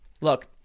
Look